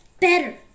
better